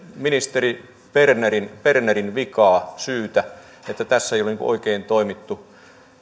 ministeri bernerin bernerin vikaa ja syytä että tässä ei ole oikein toimittu